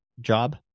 job